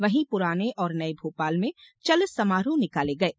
वहीं पुराने और नये भोपाल में चल समारोह निकाले गये